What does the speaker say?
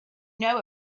know